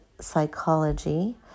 psychology